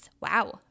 wow